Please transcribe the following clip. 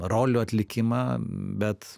rolių atlikimą bet